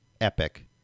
epic